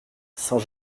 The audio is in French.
saint